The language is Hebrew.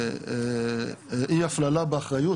אי הפללה באחריות,